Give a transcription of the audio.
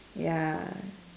ya